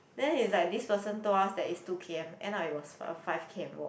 then is like this person told us that is two k_m end up it was a five k_m walk